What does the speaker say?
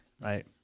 right